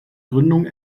gründung